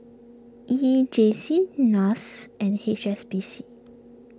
E J C Nas and H S B C